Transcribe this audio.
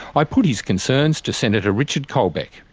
i put his concerns to senator richard colbeck.